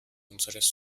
unseres